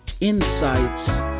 insights